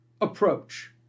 approach